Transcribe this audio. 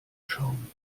schauen